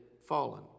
fallen